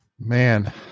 Man